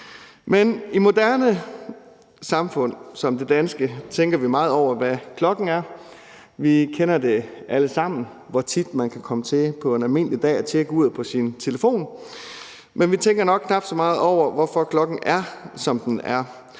et moderne samfund som det danske tænker vi meget over, hvad klokken er. Vi kender alle sammen til, hvor tit man på en almindelig dag kan komme til at tjekke uret på sin telefon, men vi tænker nok knap så meget over, hvorfor klokken er, hvad den er,